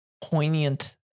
poignant